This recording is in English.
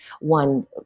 One